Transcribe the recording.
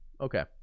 Okay